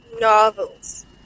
novels